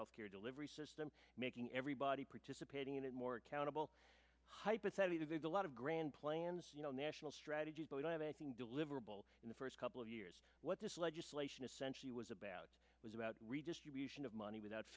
health care delivery system making everybody participating in a more accountable hype it's there's a lot of grand plans national strategy we don't have anything deliverable in the first couple of years what this legislation essentially was about was about redistribution of money without